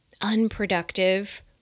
unproductive